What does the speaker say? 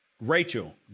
Rachel